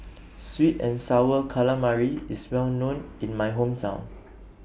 Sweet and Sour Calamari IS Well known in My Hometown